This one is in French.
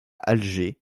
alger